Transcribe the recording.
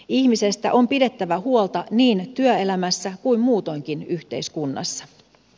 ihmisestä on pidettävä huolta niin työelämässä kuin muutoinkin yhteiskunnassa